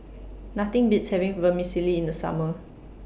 Nothing Beats having Vermicelli in The Summer